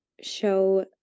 show